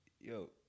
Yo